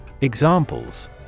Examples